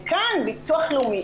וכאן הביטוח הלאומי,